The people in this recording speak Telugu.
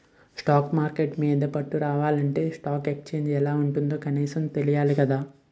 షేర్ మార్కెట్టు మీద పట్టు రావాలంటే స్టాక్ ఎక్సేంజ్ ఎలా ఉంటుందో కనీసం తెలియాలి కదా